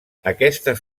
aquestes